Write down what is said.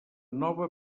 nova